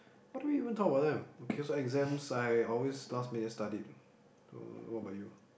what do we even talk about them okay so exams I always last minute study what about you